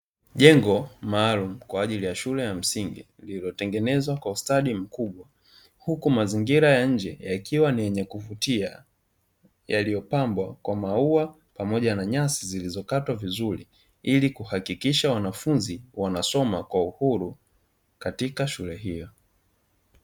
Jengo maalumu kwa ajili ya shule ya msingi lililotengenezwa kwa ustadi mkubwa, huku mazingira ya nje yakiwa ni yenye kuvutia yaliyopambwa kwa maua pamoja na nyasi zilizokatwa vizuri, ili kuhakikisha wanafunzi wanasoma kwa uhuru katika shule hiyo.